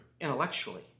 intellectually